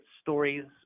stories